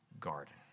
garden